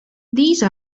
these